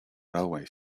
railway